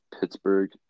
Pittsburgh